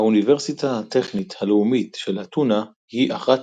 האוניברסיטה הטכנית הלאומית של אתונה היא אחת